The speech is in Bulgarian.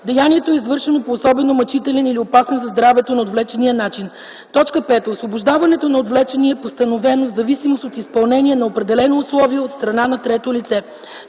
деянието е извършено по особено мъчителен или опасен за здравето на отвлечения начин; 5. освобождаването на отвлечения е постановено в зависимост от изпълнение на определено условие от страна на трето лице”.